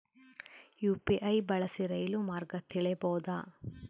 UPI ಬಳಸಿ ರೈಲು ಮಾರ್ಗ ತಿಳೇಬೋದ?